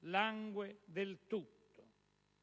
langue del tutto.